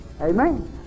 Amen